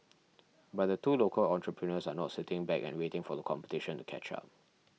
but the two local entrepreneurs are not sitting back and waiting for the competition to catch up